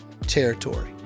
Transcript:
territory